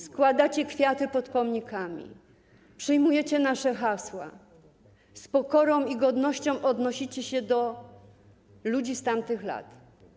Składacie kwiaty pod pomnikami, przyjmujecie nasze hasła, z pokorą i godnością odnosicie się do ludzi z tamtych lat.